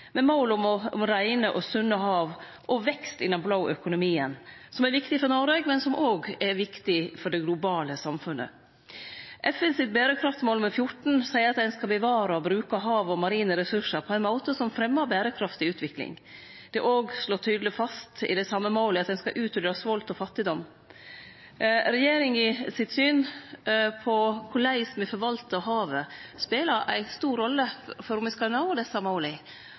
med mål om reine og sunne hav og om vekst i den blå økonomien, noko som er viktig for Noreg, men òg for det globale samfunnet. FNs berekraftmål nr. 14 seier at ein skal bevare og bruke havet og marine ressursar på ein måte som fremjar berekraftig utvikling. Det er òg slått tydeleg fast i det same målet at ein skal utrydde svolt og fattigdom. Regjeringa sitt syn på korleis me forvaltar havet, spelar ei stor rolle for om me skal nå desse måla.